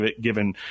given